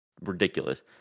ridiculous